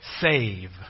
save